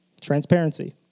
Transparency